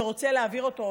שרוצה להעביר אותו,